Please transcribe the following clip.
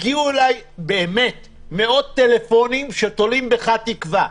הגיעו אלי מאות טלפונים שתולים בך תקווה.